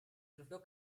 trofeo